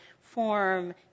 form